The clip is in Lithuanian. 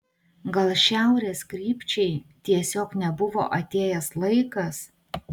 gal šiaurės krypčiai tiesiog nebuvo atėjęs laikas